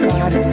God